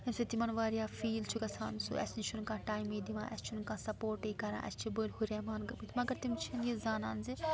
ییٚمہِ سۭتۍ تِمن واریاہ فیٖل چھُ گژھان سُہ اَسہِ نِش چھُنہٕ کانٛہہ ٹایِم ییٚتہِ یِوان اَسہِ چھُنہٕ کانہہ سپوٹٕے کَران اَسہِ چھِ بٔلۍ ہُرٮ۪مان مگر تِم چھِنہٕ یہِ زانان زٕ